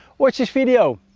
watch this video.